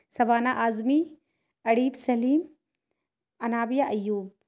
Shabana Azmi Areeb Saleem Anabia Ayub